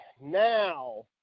Now